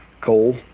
coal